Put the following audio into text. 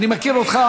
אני מכיר אותך,